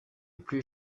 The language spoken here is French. plus